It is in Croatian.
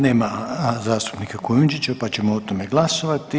Nema zastupnika Kujundžića, pa ćemo o tome glasovati.